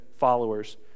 followers